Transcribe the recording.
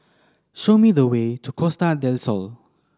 show me the way to Costa Del Sol